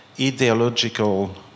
ideological